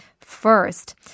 first